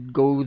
go